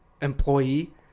employee